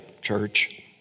church